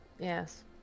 yes